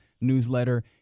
newsletter